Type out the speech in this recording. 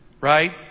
right